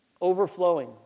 Overflowing